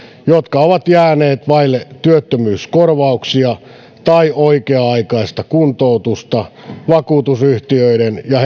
jotka ovat jääneet vaille työttömyyskorvauksia tai oikea aikaista kuntoutusta vakuutusyhtiöiden ja